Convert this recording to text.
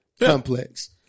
complex